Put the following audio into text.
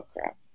crap